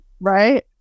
right